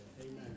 Amen